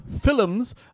films